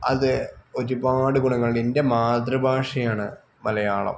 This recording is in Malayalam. അത് ഒരുപാട് ഗുണങ്ങളുണ്ട് എന്റെ മാതൃഭാഷയാണ് മലയാളം